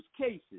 cases